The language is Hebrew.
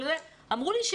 אמרו לי,